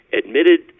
admitted